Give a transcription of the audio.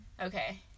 Okay